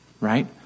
right